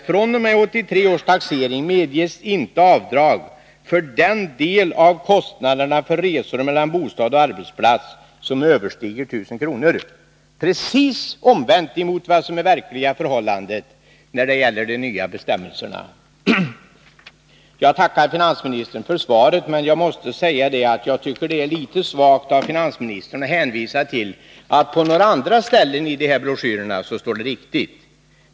1983 års taxering medges inte avdrag för den del av kostnaderna för resor mellan bostad och arbetsplats som överstiger 1000 kr.” Det är precis det omvända mot vad som är verkliga förhållandet när det gäller de nya bestämmelserna. Jag tackar finansministern för svaret. Men jag måste säga att jag tycker det är litet svagt av finansministern att hänvisa till att det på några andra ställen i de här broschyrerna står rätt.